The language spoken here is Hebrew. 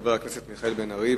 של חבר הכנסת מיכאל בן-ארי.